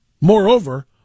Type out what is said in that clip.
Moreover